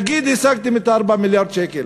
אבל נגיד שהשגתם את 4 מיליארד השקל,